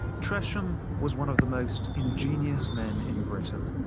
tresham was one of the most ingenious men in britain,